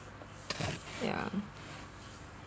ya